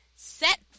Set